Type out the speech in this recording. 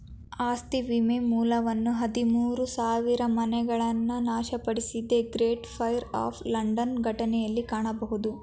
ಆಸ್ತಿ ವಿಮೆ ಮೂಲವನ್ನ ಹದಿಮೂರು ಸಾವಿರಮನೆಗಳನ್ನ ನಾಶಪಡಿಸಿದ ಗ್ರೇಟ್ ಫೈರ್ ಆಫ್ ಲಂಡನ್ ಘಟನೆಯಲ್ಲಿ ಕಾಣಬಹುದು